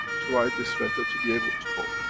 to write this letter to be able to go.